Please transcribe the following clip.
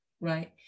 right